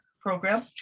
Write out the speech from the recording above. program